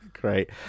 Great